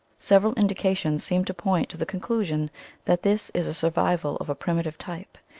several indications seem to point to the con clusion that this is a survival of a primi tive type,